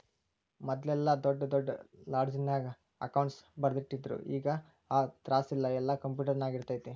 ಮದ್ಲೆಲ್ಲಾ ದೊಡ್ ದೊಡ್ ಲೆಡ್ಜರ್ನ್ಯಾಗ ಅಕೌಂಟ್ಸ್ ಬರ್ದಿಟ್ಟಿರ್ತಿದ್ರು ಈಗ್ ಆ ತ್ರಾಸಿಲ್ಲಾ ಯೆಲ್ಲಾ ಕ್ಂಪ್ಯುಟರ್ನ್ಯಾಗಿರ್ತೆತಿ